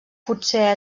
potser